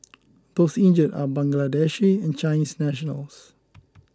those injured are Bangladeshi and Chinese nationals